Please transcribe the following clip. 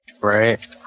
right